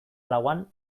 lauan